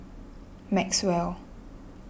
maxwell